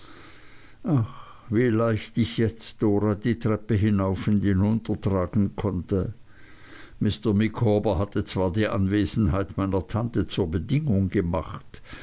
ach wie leicht ich jetzt dora die treppe hinauf und hinunter tragen konnte mr micawber hatte zwar die anwesenheit meiner tante zur bedingung gemacht